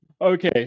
okay